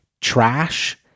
trash